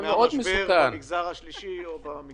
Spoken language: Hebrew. מה שברור הוא שמי שכתב את המתווה הזה,